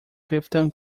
clifton